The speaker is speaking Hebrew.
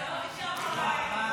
אדוני היושב-ראש,